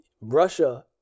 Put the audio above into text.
Russia